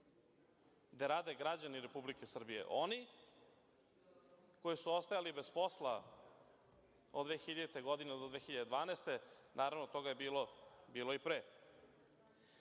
gde rade građani Republike Srbije. Oni koji su ostajali bez posla od 2000. godine do 2012. godine, naravno, toga je bilo i